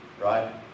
right